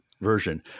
version